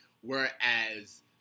whereas